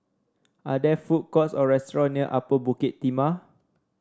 are there food courts or restaurants near Upper Bukit Timah